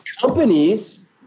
companies